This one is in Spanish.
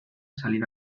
salir